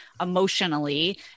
emotionally